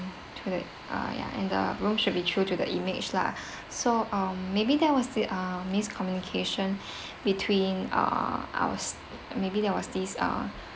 to that uh ya and the room should be true to the image lah so um maybe that was the uh miscommunication between ah ours maybe there was this ah